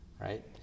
right